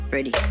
Ready